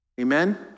Amen